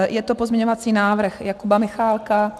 Je to pozměňovací návrh Jakuba Michálka.